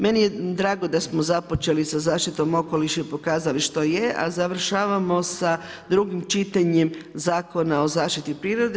Meni je drago da smo započeli sa zaštitom okoliša i pokazali što je, a završavamo sa drugim čitanjem Zakona o zaštiti prirode.